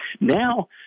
now